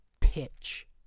pitch